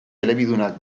elebidunak